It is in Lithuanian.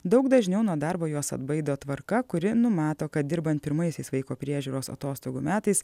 daug dažniau nuo darbo juos atbaido tvarka kuri numato kad dirbant pirmaisiais vaiko priežiūros atostogų metais